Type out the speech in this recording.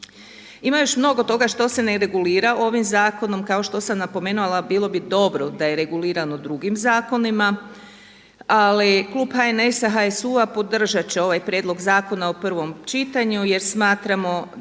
Ima još mnogo toga što se ne regulira ovim zakonom. Kao što sam napomenula bilo bi dobro da je regulirano drugim zakonima, ali klub HNS-a, HSU-a podržat će ovaj prijedlog zakona u prvom čitanju jer smatramo